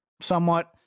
somewhat